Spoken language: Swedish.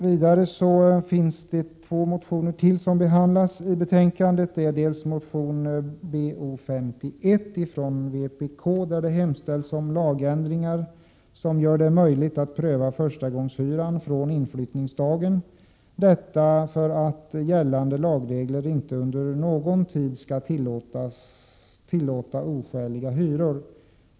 Vidare finns två motioner till som behandlas i betänkandet. Det är Bo51 från vpk, där det hemställs om lagändringar som gör det möjligt att pröva förstagångshyran från inflyttningsdagen, detta för att gällande lagregler inte under någon tid skall tillåta oskäliga hyror.